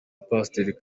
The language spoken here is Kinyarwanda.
pastor